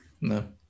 No